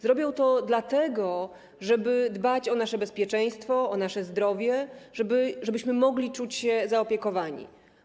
Zrobią to dlatego, żeby dbać o nasze bezpieczeństwo, o nasze zdrowie, żebyśmy mogli czuć się zaopiekowani.